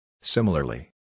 Similarly